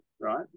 right